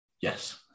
yes